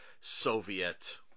Soviet